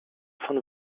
von